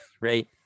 right